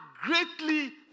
greatly